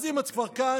אז אם את כבר כאן,